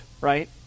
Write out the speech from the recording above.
right